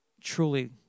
truly